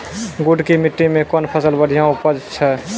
गुड़ की मिट्टी मैं कौन फसल बढ़िया उपज छ?